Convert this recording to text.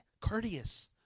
courteous